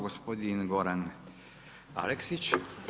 Gospodin Goran Aleksić.